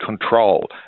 control